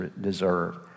deserve